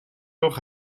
toch